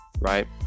right